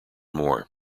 more